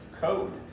code